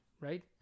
right